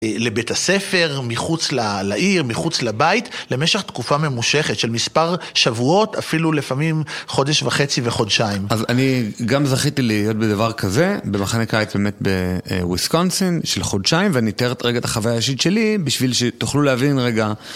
לבית הספר, מחוץ לעיר, מחוץ לבית, למשך תקופה ממושכת של מספר שבועות, אפילו לפעמים חודש וחצי וחודשיים. אז אני גם זכיתי להיות בדבר כזה במחנה קיץ באמת בוויסקונסין של חודשיים, ואני אתאר את רגע את החוויה האישית שלי בשביל שתוכלו להבין רגע.